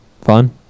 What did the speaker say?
Fun